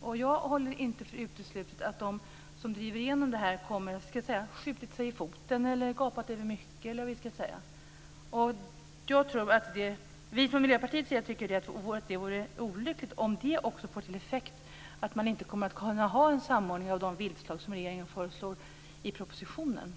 och jag håller det inte för uteslutet att de som driver igenom det här kommer att ha - ska vi säga - skjutit sig i foten eller gapat över mycket. Vi från Miljöpartiet tycker att det vore olyckligt om det också får till effekt att man inte kommer att kunna ha en samordning av de viltslag som regeringen föreslår i propositionen.